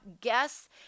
guess